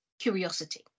Curiosity